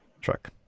Truck